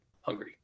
hungry